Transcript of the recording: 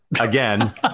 again